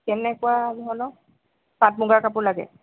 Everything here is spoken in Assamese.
কেনেকুৱা ধৰণৰ পাট মূগাৰ কাপোৰ লাগে